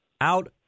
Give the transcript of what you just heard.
out